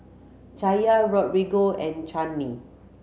Chaya Rodrigo and Chanie